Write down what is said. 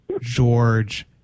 George